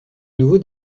nouveau